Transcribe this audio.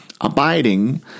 abiding